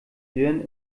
sören